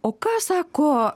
o ką sako